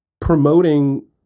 promoting